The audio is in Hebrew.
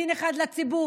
דין אחד לציבור,